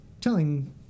telling